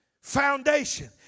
Foundation